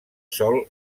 sol